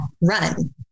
run